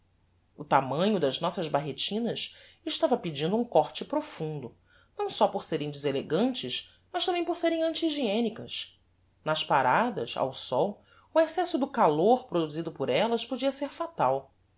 o tamanho das nossas barretinas estava pedindo um córte profundo não só por serem deselegantes mas tambem por serem anti hygienicas nas paradas ao sol o excesso do calor produzido por ellas podia ser fatal